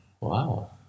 wow